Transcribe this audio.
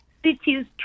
cities